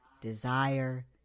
desire